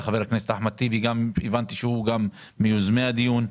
אחמד טיבי שהבנתי שגם הוא מיוזמי הדיון.